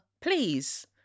please